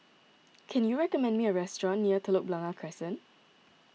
can you recommend me a restaurant near Telok Blangah Crescent